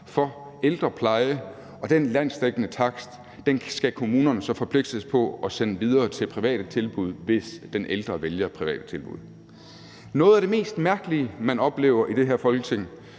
for ældrepleje, og den landsdækkende takst skal kommunerne så forpligte sig til at sende videre til private tilbud, hvis den ældre vælger et privat tilbud. Noget af det mest mærkelige, man oplever i det her Folketing,